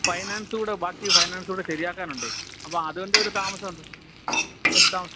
finance കൂടെ ബാക്കി finance കൂടെ ശരിയാക്കാനുണ്ട് അപ്പോള് അതിന്റെ ഒരു താമസമുണ്ട് ഒരു താമസം